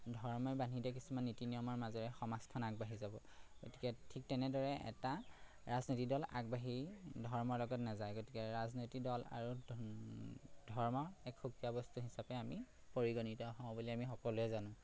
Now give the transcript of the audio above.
ধৰ্মই বান্ধি দিয়া কিছুমান নীতি নিয়মৰ মাজেৰে সমাজখন আগবাঢ়ি যাব গতিকে ঠিক তেনেদৰে এটা ৰাজনীতি দল আগবাঢ়ি ধৰ্মৰ লগত নাযায় গতিকে ৰাজনীতি দল আৰু ধৰ্ম এক সুকীয়া বস্তু হিচাপে আমি পৰিগণিত হওঁ বুলি আমি সকলোৱে জানো